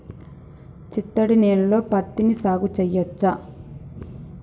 చిత్తడి నేలలో పత్తిని సాగు చేయచ్చా?